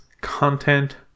content